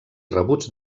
rebuts